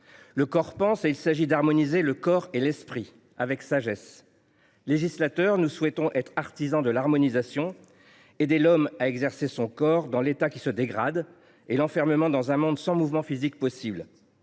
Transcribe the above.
Le corps pense, et il s’agit d’harmoniser le corps et l’esprit… avec sagesse ! Législateurs, nous souhaitons être artisans de l’harmonisation, aider l’homme à exercer son corps dans l’état qui se dégrade et l’enfermement dans un monde sans mouvement physique possible.